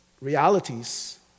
realities